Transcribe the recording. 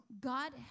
God